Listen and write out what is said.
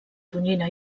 tonyina